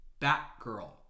Batgirl